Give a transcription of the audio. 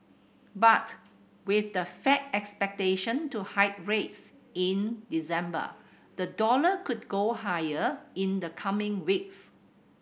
but with the Fed expected to hike rates in December the dollar could go higher in the coming weeks